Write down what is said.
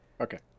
Okay